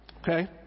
okay